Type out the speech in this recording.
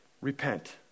Repent